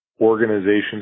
organizations